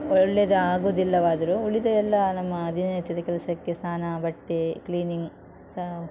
ಒಳ್ಳೆಯದಾಗೋದಿಲ್ಲ ಆದರೂ ಉಳಿದೆಲ್ಲ ನಮ್ಮ ದಿನ ನಿತ್ಯದ ಕೆಲಸಕ್ಕೆ ಸ್ನಾನ ಬಟ್ಟೆ ಕ್ಲೀನಿಂಗ್ ಸಹ